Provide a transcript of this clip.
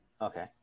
Okay